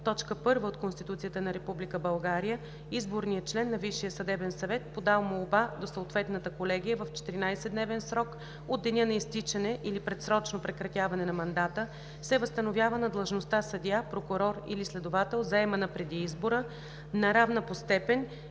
8, т. 1 от Конституцията на Република България изборният член на Висшия съдебен съвет, подал молба до съответната колегия в 14-дневен срок от деня на изтичане или предсрочно прекратяване на мандата, се възстановява на длъжността съдия, прокурор или следовател, заемана преди избора, на равна по степен